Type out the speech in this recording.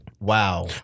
Wow